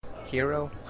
Hero